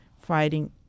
fighting